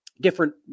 different